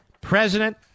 President